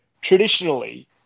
traditionally